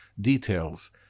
details